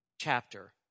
chapter